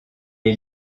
est